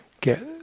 get